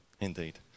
indeed